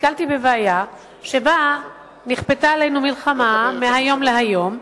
נתקלתי בבעיה שבה נכפתה עלינו מלחמה מהיום להיום,